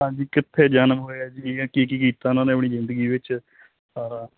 ਹਾਂਜੀ ਕਿੱਥੇ ਜਨਮ ਹੋਇਆ ਜੀ ਕੀ ਕੀ ਕੀਤਾ ਉਹਨਾਂ ਨੇ ਆਪਣੀ ਜ਼ਿੰਦਗੀ ਵਿੱਚ ਤਾਂ